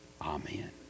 amen